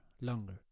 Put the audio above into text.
longer